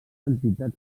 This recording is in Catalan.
entitats